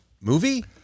movie